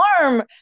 arm